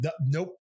nope